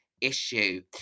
issue